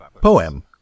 Poem